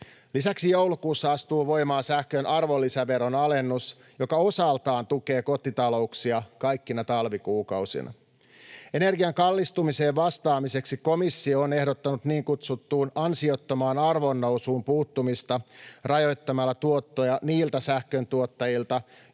Lisäksi joulukuussa astuu voimaan sähkön arvonlisäveron alennus, joka osaltaan tukee kotitalouksia kaikkina talvikuukausina. Energian kallistumiseen vastaamiseksi komissio on ehdottanut niin kutsuttuun ansiottomaan arvonnousuun puuttumista rajoittamalla tuottoja niiltä sähköntuottajilta,